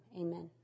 amen